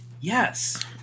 Yes